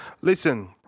Listen